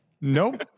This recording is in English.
Nope